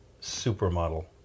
supermodel